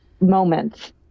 moments